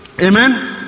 amen